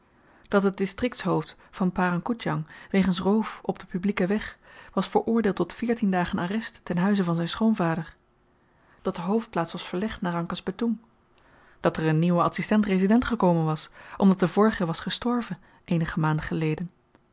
dat het distriktshoofd van parang koedjang wegens roof op den publieken weg was veroordeeld tot veertien dagen arrest ten huize van zyn schoonvader dat de hoofdplaats was verlegd naar rangkas betoeng dat er een nieuwe adsistent resident gekomen was omdat de vorige was gestorven eenige maanden geleden